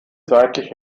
seitlich